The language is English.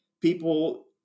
people